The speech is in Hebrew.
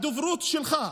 הדוברות שלך.